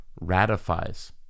ratifies